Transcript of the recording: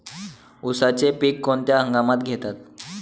उसाचे पीक कोणत्या हंगामात घेतात?